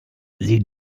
sie